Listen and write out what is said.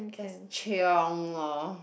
just lor